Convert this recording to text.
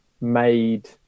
made